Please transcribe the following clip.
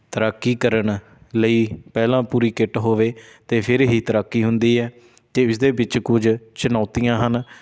ਤੈਰਾਕੀ ਕਰਨ ਲਈ ਪਹਿਲਾਂ ਪੂਰੀ ਕਿੱਟ ਹੋਵੇ ਅਤੇ ਫਿਰ ਹੀ ਤੈਰਾਕੀ ਹੁੰਦੀ ਹੈ ਅਤੇ ਇਸਦੇ ਵਿੱਚ ਕੁਝ ਚੁਣੌਤੀਆਂ ਹਨ